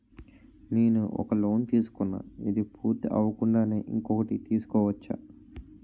నేను ఒక లోన్ తీసుకున్న, ఇది పూర్తి అవ్వకుండానే ఇంకోటి తీసుకోవచ్చా?